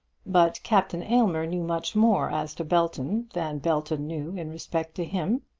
but captain aylmer knew much more as to belton than belton knew in respect to him.